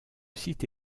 site